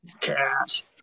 cash